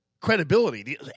credibility